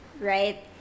right